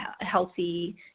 healthy